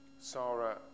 Sarah